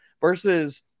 versus